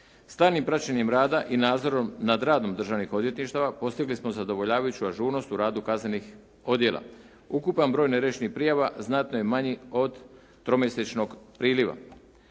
Stalnim praćenjem rada i nadzorom nad radom državnih odvjetništava postigli smo zadovoljavajuću ažurnost u radu kaznenih odjela. Ukupan broj neriješenih prijava znatno je manji od tromjesječnog priliva.